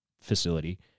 facility